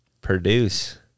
produce